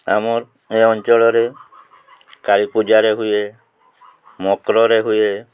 ଆମର୍ ଏ ଅଞ୍ଚଳରେ କାଳୀ ପୂଜାରେ ହୁଏ ମକରରେ ହୁଏ